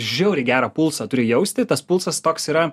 žiauriai gerą pulsą turi jausti tas pulsas toks yra